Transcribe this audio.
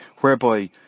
whereby